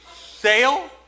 sale